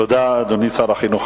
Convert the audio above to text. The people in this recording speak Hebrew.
תודה, אדוני שר החינוך.